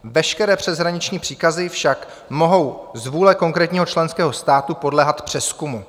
Veškeré přeshraniční příkazy však mohou z vůle konkrétního členského státu podléhat přezkumu.